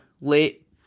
late